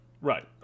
Right